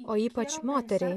o ypač moteriai